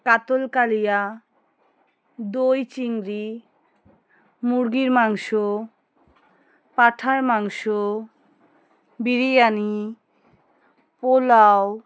কাতল কালিয়া দই চিংড়ি মুরগির মাংস পাঁঠার মাংস বিরিয়ানি পোলাও